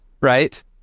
right